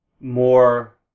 more